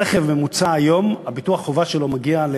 רכב ממוצע היום, ביטוח החובה שלו מגיע,